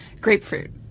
grapefruit